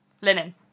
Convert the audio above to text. Linen